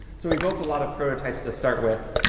so we built a lot of prototypes to start with.